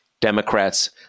Democrats